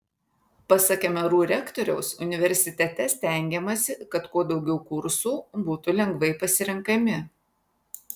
pasak mru rektoriaus universitete stengiamasi kad kuo daugiau kursų būtų laisvai pasirenkami